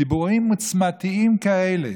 דיבורים עוצמתיים כאלה